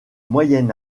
moyen